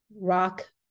rock